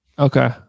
Okay